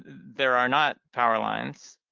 there are not power lines,